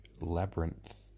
Labyrinth